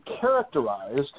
characterized